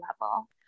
level